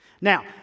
Now